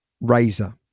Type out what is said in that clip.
razor